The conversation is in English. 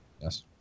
Yes